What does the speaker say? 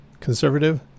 conservative